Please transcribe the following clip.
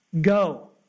Go